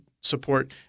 support